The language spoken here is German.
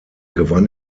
gewann